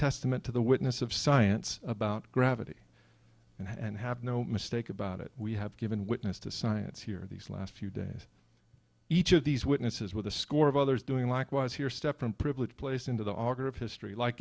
testament to the witness of science about gravity and have no mistake about it we have given witness to science here these last few days each of these witnesses with a score of others doing likewise here step from privileged place into the order of history like